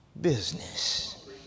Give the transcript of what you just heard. business